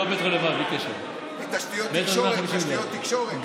תשתיות תקשורת?